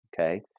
Okay